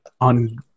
on